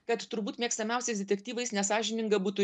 kad turbūt mėgstamiausiais detektyvais nesąžininga būtų